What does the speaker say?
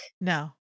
No